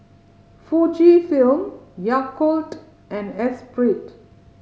Fujifilm Yakult and Espirit